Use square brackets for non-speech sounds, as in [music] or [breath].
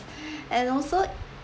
[breath] and also